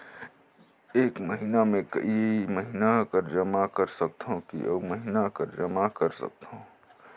एक महीना मे एकई महीना कर जमा कर सकथव कि अउ महीना कर जमा कर सकथव?